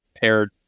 paired